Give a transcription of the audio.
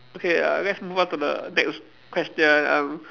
okay uh let's move on to the next question um